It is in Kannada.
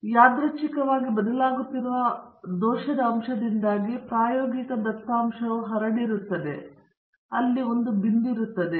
ಆದ್ದರಿಂದ ಇದು ನಿಜವಾದ ಪ್ರತಿಕ್ರಿಯೆಯಾಗಿದೆ ಆದರೆ ಯಾದೃಚ್ಛಿಕವಾಗಿ ಬದಲಾಗುತ್ತಿರುವ ದೋಷದ ಅಂಶದಿಂದಾಗಿ ಪ್ರಾಯೋಗಿಕ ದತ್ತಾಂಶವು ಹರಡಿರುತ್ತದೆ ಮತ್ತು ಆದ್ದರಿಂದ ಅದು ಬಿಂದುವು ಇರುತ್ತದೆ